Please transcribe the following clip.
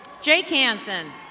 jake hanson.